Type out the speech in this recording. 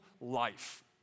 Life